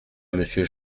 monsieur